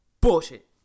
Bullshit